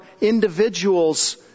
individuals